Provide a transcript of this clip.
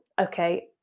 okay